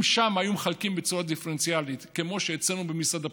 אם שם היו מחלקים בצורה דיפרנציאלית כמו שאצלנו במשרד הפנים,